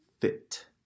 fit